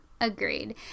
Agreed